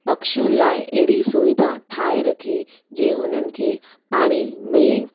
पक्षियुनि लाइ अहिड़ी सुविधा ठाहे रखी जीअं हुननि खे पाणी मिले